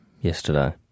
yesterday